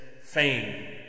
fame